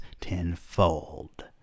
tenfold